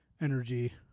energy